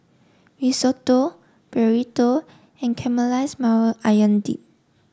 Risotto Burrito and Caramelized Maui Onion Dip